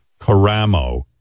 Caramo